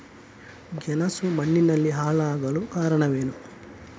ಗೆಣಸು ಮಣ್ಣಿನಲ್ಲಿ ಹಾಳಾಗಲು ಕಾರಣವೇನು?